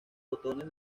botones